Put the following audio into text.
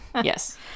yes